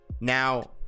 now